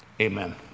Amen